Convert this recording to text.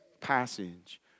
passage